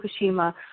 Fukushima